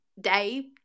day